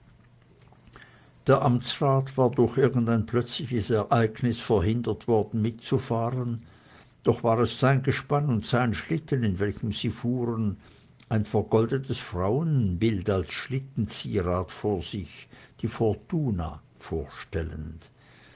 der amtsrat war durch irgendein plötzliches ereignis verhindert worden mitzufahren doch war es sein gespann und sein schlitten in welchem sie fuhren ein vergoldetes frauenbild als schlittenzierat vor sich die fortuna vorstellend